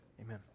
amen